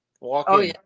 walking